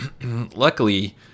luckily